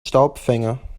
staubfänger